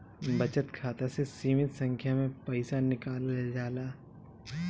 बचत खाता से सीमित संख्या में पईसा निकालल जाला